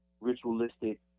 ritualistic